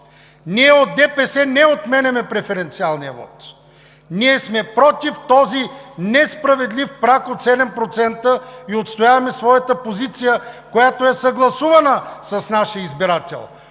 Ние от ДПС не отменяме преференциалния вот. Ние сме против този несправедлив праг от 7% и отстояваме своята позиция, която е съгласувана с нашия избирател.